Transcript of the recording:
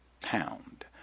pound